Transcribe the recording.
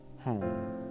home